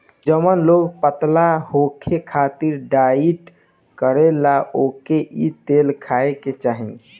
जवन लोग पतला होखे खातिर डाईट करेला ओके इ तेल खाए के चाही